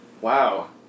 Wow